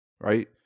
right